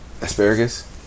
Asparagus